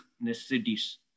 necessities